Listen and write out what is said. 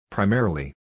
Primarily